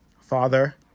Father